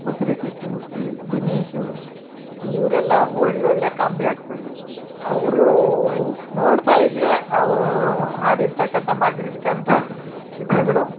ಮುಸುರಿ ಕೃಷ್ಣಮೂರ್ತಿ ದಿನೇಶ್ ಇವರೆಲ್ಲ ಒಳ್ಳೊಳ್ಳೆಯ ಕಾಮಿಡಿ ಆ್ಯಕ್ಟ್ರಗಳು ಅವರು ನೋಡ್ತಾ ಇದ್ದರೆ ಅವರು ಆಡಿರ್ತಕ್ಕಂಥ ಮಾಡಿರ್ತಕ್ಕಂಥ ಚಿತ್ರಗಳು